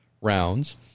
rounds